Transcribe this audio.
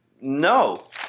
No